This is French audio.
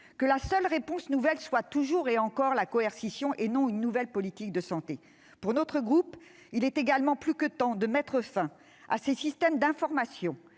que la seule réponse soit encore et toujours la coercition, et non une nouvelle politique de santé. Pour notre groupe, il est également plus que temps de mettre fin aux systèmes d'information